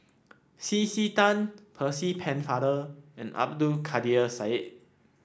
C C Tan Percy Pennefather and Abdul Kadir Syed